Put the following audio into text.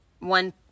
one